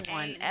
one